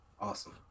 Awesome